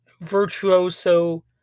virtuoso